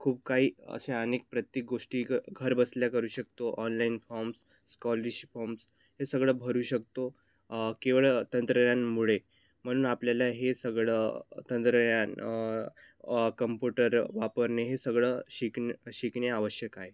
खूप काही असे अनेक प्रत्येक गोष्टी घर बसल्या करू शकतो ऑनलाईन फॉर्म्स स्कॉलरशिप फॉर्म्स हे सगळं भरू शकतो केवळ तंत्रज्ञानमुळे म्हणून आपल्याला हे सगळं तंत्रज्ञान कंपुटर वापरणे हे सगळं शिकणं शिकणे आवश्यक आहे